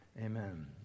amen